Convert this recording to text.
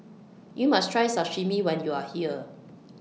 YOU must Try Sashimi when YOU Are here